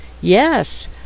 yes